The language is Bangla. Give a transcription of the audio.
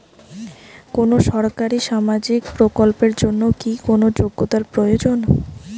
কোনো সরকারি সামাজিক প্রকল্পের জন্য কি কোনো যোগ্যতার প্রয়োজন?